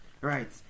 right